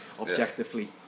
objectively